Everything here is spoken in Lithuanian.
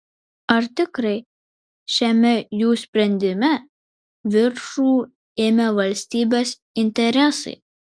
ar tikrai šiame jų sprendime viršų ėmė valstybės interesai